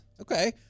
Okay